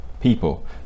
people